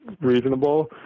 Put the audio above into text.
reasonable